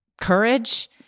courage